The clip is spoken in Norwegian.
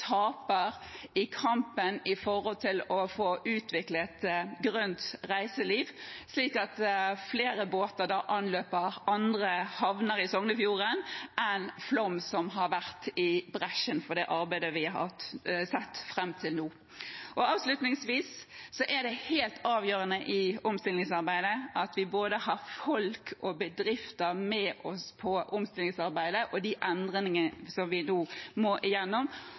taper i kampen for utviklingen av et grønt reiseliv – sånn at flere båter anløper andre havner i Sognefjorden enn Flåm, som har vært i bresjen for det arbeidet vi har sett fram til nå. Avslutningsvis er det helt avgjørende at vi har både folk og bedrifter med oss på det omstillingsarbeidet og de endringene som vi nå må